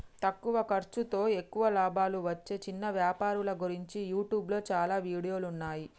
తక్కువ ఖర్సుతో ఎక్కువ లాభాలు వచ్చే చిన్న వ్యాపారాల గురించి యూట్యూబ్లో చాలా వీడియోలున్నయ్యి